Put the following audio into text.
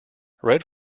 red